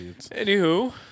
Anywho